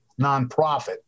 nonprofit